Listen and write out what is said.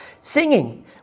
Singing